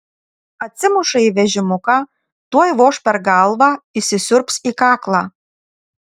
atsimuša į vežimuką tuoj voš per galvą įsisiurbs į kaklą